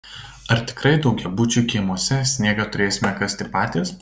ar tikrai daugiabučių kiemuose sniegą turėsime kasti patys